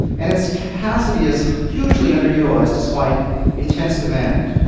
and its capacity is hugely underutilised, despite intense demand.